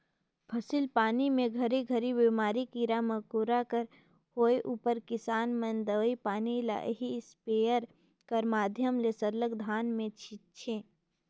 फसिल पानी मे घरी घरी बेमारी, कीरा मकोरा कर होए उपर किसान मन दवई पानी ल एही इस्पेयर कर माध्यम ले सरलग धान मे छीचे